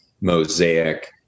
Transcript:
Mosaic